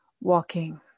walking